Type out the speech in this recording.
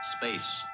Space